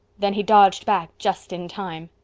then he dodged back just in time.